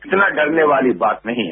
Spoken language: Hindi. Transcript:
इतना डरने वाली बात नहीं है